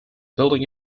building